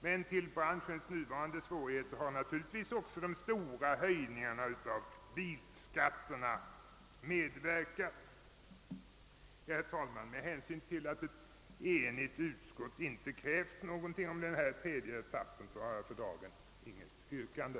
Men till branschens nuvarande svårigheter har naturligtvis också de stora höjningarna av bilskatterna medverkat. Med hänsyn till att ett enigt utskott inte har krävt ett genomförande av den tredje etappen har jag inget yrkande.